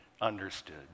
understood